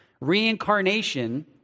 reincarnation